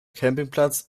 campingplatz